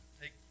take